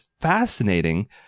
fascinating